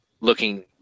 looking